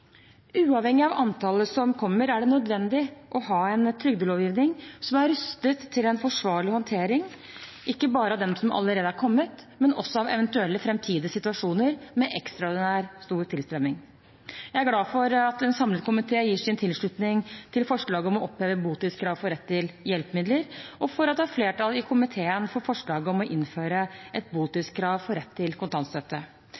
Uavhengig av antallet som kommer, er det nødvendig å ha en trygdelovgivning som er rustet til en forsvarlig håndtering, ikke bare av dem som allerede er kommet, men også av eventuelle framtidige situasjoner med ekstraordinært stor tilstrømning. Jeg er glad for at en samlet komité gir sin tilslutning til forslaget om å oppheve botidskravet for rett til hjelpemidler, og for at det er flertall i komiteen for forslaget om å innføre et